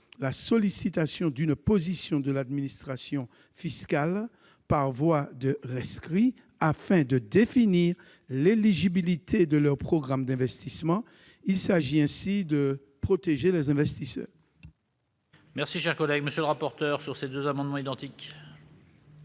la sollicitation d'une position de l'administration fiscale par voie de rescrit, afin de définir l'éligibilité de leur programme d'investissement. Il s'agit, ainsi, de protéger les investisseurs.